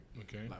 Okay